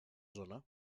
zona